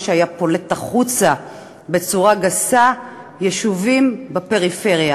מה שהיה פולט החוצה בצורה גסה יישובים בפריפריה.